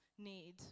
need